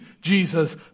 Jesus